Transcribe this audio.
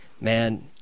man